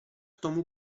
tomu